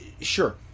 Sure